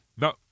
No